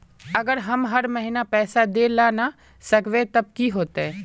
अगर हम हर महीना पैसा देल ला न सकवे तब की होते?